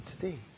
today